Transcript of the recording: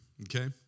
okay